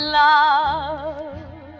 love